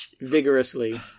vigorously